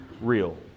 real